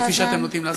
כפי שאתם נוטים לעשות.